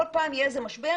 כל פעם יהיה איזה משבר,